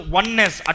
oneness